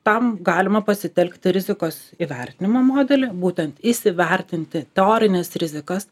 tam galima pasitelkti rizikos įvertinimo modelį būtent įsivertinti teorines rizikas